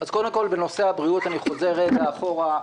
אני חוזר לרגע אחורה,